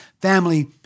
family